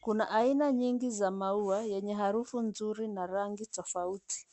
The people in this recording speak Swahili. Kuna aina nyingi za maua yenye harufu nzuri na rangi tofauti.